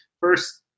first